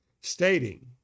stating